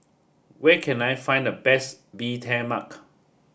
where can I find the best Bee Tai Mak